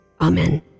amen